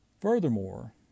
Furthermore